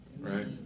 right